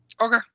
Okay